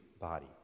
body